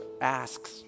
asks